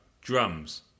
drums